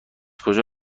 کجا